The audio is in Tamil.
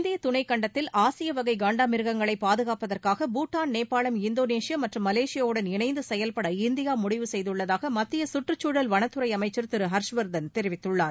இந்திய துணை கண்டத்தில் ஆசிய வகை காண்டாமிருகங்களை பாதுகாப்பதற்காக பூடான் நேபாளம் இந்தோனேஷியா மற்றும் மலேசியா உடன் இணைந்து செயல்பட இந்தியா முடிவு செய்துள்ளதாக மத்திய சுற்றுச்சூழல் வனத்துறை அமைச்சர் திரு ஹர்ஷ்வர்தன் தெரிவித்துள்ளார்